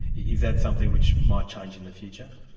is that something which might change in the future?